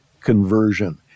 conversion